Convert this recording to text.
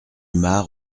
mare